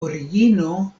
origino